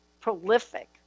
prolific